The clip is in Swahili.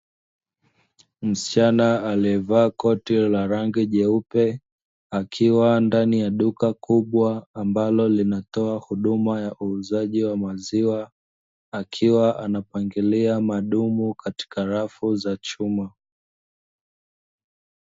Msichana aliyevaa koti la rangi nyeupe, akiwa ndani ya duka kubwa ambalo linatoa huduma ya uuzaji wa maziwa, akiwa anapangilia madumu katika rafu za chuma.